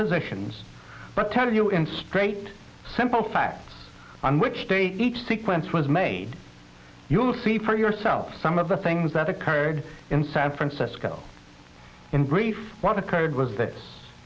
positions but tell you in straight simple facts on which story each sequence was made you'll see for yourself some of the things that occurred in san francisco in brief what occurred was that